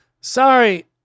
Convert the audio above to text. Sorry